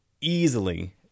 easily